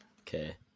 Okay